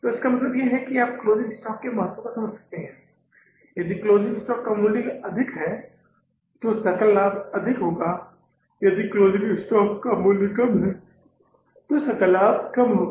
तो इसका मतलब है कि आप क्लोजिंग स्टॉक के महत्व को समझ सकते हैं यदि क्लोजिंग स्टॉक का मूल्य अधिक लाभ है तो सकल लाभ अधिक होगा यदि समापन स्टॉक का मूल्य कम है तो सकल लाभ भी कम होगा